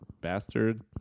bastard